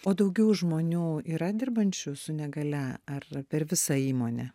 o daugiau žmonių yra dirbančių su negalia ar per visą įmonę